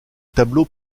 tableaux